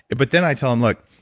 but then i tell them, look,